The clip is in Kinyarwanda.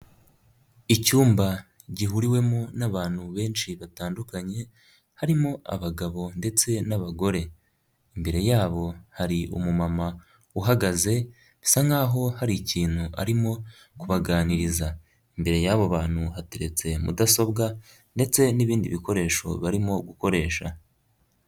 Icyumba gihuriwemo n'abantu benshi batandukanye harimo abagabo ndetse n'abagore, imbere yabo hari umumama uhagaze bisa nkaho hari ikintu arimo kubaganiriza, imbere y'abo bantu hateretse mudasobwa ndetse n'ibindi bikoresho barimo gukoresha.